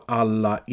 alla